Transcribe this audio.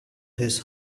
his